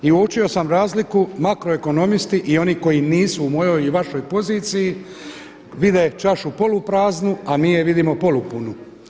I uočio sam razliku makroekonomisti i oni koji nisu u mojoj i vašoj poziciji vide čašu polupraznu a mi je vidimo polupunu.